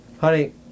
honey